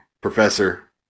Professor